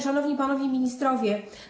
Szanowni Panowie Ministrowie!